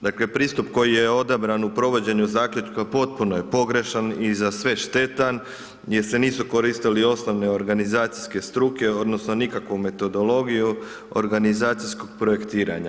Dakle, pristup koji je odabran u provođenju zaključka potpuno je pogrešan i za sve štetan, jer se nisu koristili osnovne organizacijske struke odnosno nikakvu metodologiju organizacijskog projektiranja.